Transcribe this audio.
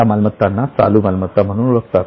या मालमत्तांना चालू मालमत्ता म्हणून ओळखतात